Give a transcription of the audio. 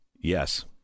Yes